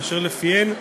ואשר לפיהן,